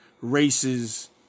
races